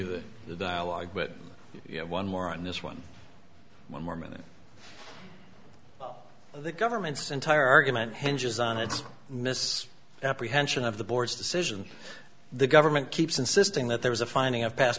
continue the dialogue with you have one more on this one one more minute the government's entire argument hinges on its mis apprehension of the board's decision the government keeps insisting that there was a finding of past